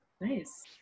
Nice